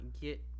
get